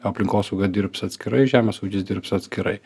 aplinkosauga dirbs atskirai žemės ūkis dirbs atskirai